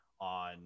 on